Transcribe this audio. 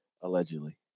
Allegedly